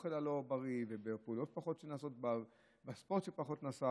באוכל הלא-בריא ובאיכויות שפחות נעשות,